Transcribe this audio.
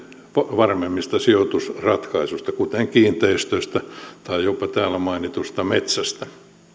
varmemmista sijoitusratkaisuista kuten kiinteistöistä tai jopa täällä mainitusta metsästä